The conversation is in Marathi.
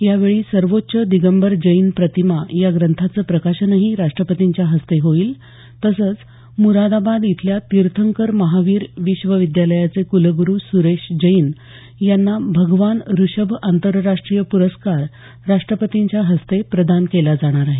यावेळी सर्वोच्च दिगंबर जैन प्रतिमा या ग्रंथाचं प्रकाशनही राष्ट्रपतींच्या हस्ते होईल तसंच म्रादाबाद इथल्या तीर्थंकर महावीर विश्व विद्यालयाचे कुलगुरू सुरेश जैन यांना भगवान ऋषभ आंतरराष्ट्रीय पुरस्कार राष्ट्रपतींच्या हस्ते प्रदान केला जाणार आहे